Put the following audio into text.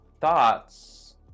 thoughts